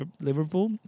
Liverpool